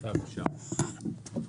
פה אחד הצו אושר פה אחד.